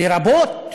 לרבות